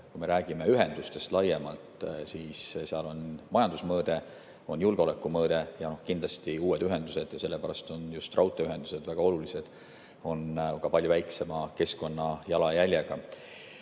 kui me räägime ühendustest laiemalt, siis seal on majandusmõõde, julgeolekumõõde ja kindlasti uued ühendused. Sellepärast on just raudteeühendused väga olulised, need on ka palju väiksema keskkonnajalajäljega.